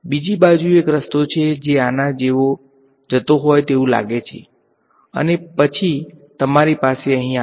બીજી બાજુ એક રસ્તો છે જે આના જેવો જતો હોય તેવુ લાગે છે અને પછી તમારી પાસે અહીં આવે